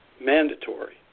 mandatory